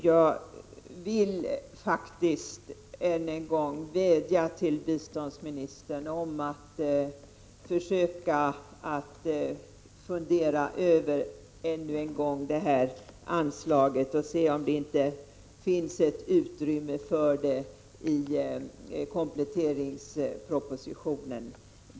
Jag vill faktiskt på nytt vädja till biståndsministern att försöka att ännu en gång fundera över det här anslaget och se om det inte finns ett utrymme för det i kompletteringspropositionen.